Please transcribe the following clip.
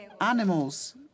animals